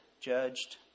judged